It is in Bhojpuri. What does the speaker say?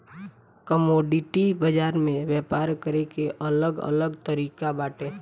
कमोडिटी बाजार में व्यापार करे के अलग अलग तरिका बाटे